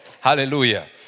Hallelujah